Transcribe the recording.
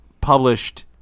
Published